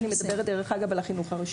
דרך אגב, אני מדברת על החינוך הרשמי.